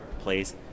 place